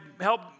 help